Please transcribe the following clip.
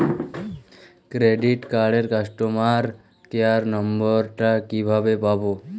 Credit কার্ডের customer care number টা কিভাবে পাবো?